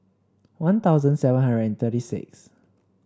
One Thousand seven hundred and thirty six